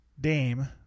dame